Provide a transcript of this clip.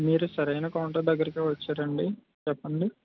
మీరు సరైన కౌంటర్ దగ్గరకే వచ్చారు అండి చెప్పండి